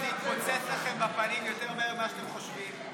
זה יתפוצץ לכם בפנים יותר מהר ממה שאתם חושבים.